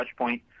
touchpoint